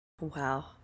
Wow